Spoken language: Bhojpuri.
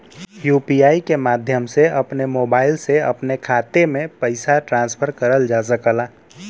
यू.पी.आई के माध्यम से अपने मोबाइल से अपने खाते में पइसा ट्रांसफर करल जा सकला